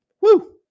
Woo